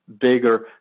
bigger